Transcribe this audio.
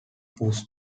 puss